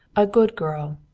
a good girl,